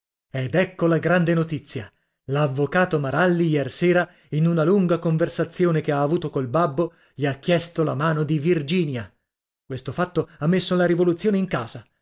ed ecco la grande notizia l'avvocato maralli iersera in una lunga conversazione che ha avuto col babbo gli ha chiesto la mano di virginia questo fatto ha messo la rivoluzione in casa